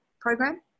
program